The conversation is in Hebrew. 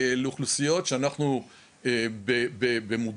לאוכלוסיות שאנחנו במודע,